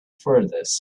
furthest